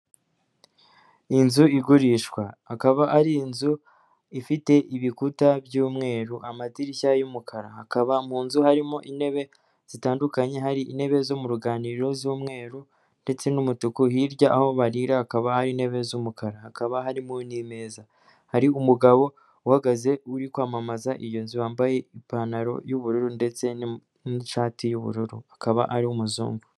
Inzu igurishwa, akaba ari inzu ifite ibikuta by'umweru, amadirishya y'umukara, hakaba munzu harimo intebe zitandukanye, hari intebe zo mu ruganiriro z'umweru, ndetse n'umutuku, hirya aho barira hakaba hari intebe z'umukara, hakaba harimo n'imeza, hari umugabo uhagaze uri kwamamaza iyo nzu, wambaye ipantaro y'ubururu, ndetse n'ishati y'ubururu, akaba ari umuzungu.